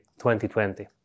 2020